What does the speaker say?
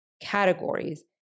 categories